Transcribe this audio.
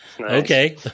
okay